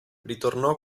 ritornò